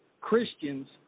Christians